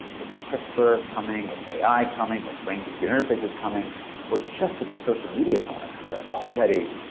with crispr coming, with ai coming, with brain-computer interfaces coming or just with the social media products that are already,